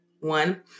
one